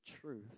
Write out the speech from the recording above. truth